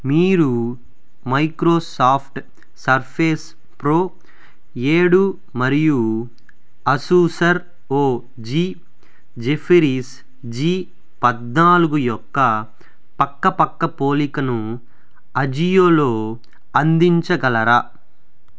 మీరు Microsoft Surface Pro ఏడు మరియు Asus R O G Zephyrus G పద్నాలుగు యొక్క పక్కపక్క పోలికను అజియోలో అందించగలరా